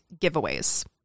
giveaways